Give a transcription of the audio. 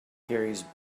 carries